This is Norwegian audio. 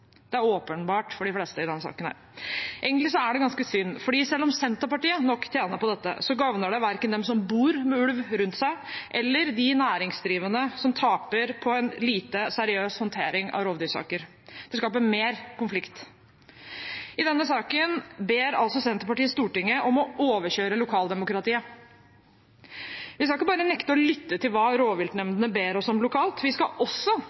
Det er åpenbart for de fleste i denne saken. Egentlig er det ganske synd, for selv om Senterpartiet nok tjener på dette, gagner det verken dem som bor med ulv rundt seg, eller de næringsdrivende som taper på en lite seriøs håndtering av rovdyrsaker. Det skaper mer konflikt. I denne saken ber altså Senterpartiet Stortinget om å overkjøre lokaldemokratiet. Vi skal ikke bare nekte å lytte til hva rovviltnemndene ber oss om lokalt. Vi skal også